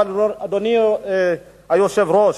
אדוני היושב-ראש,